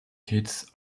kids